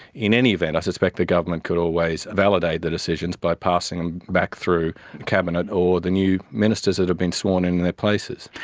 in any event, i suspect the government could always validate the decisions by passing them and back through cabinet or the new ministers that have been sworn in in their places.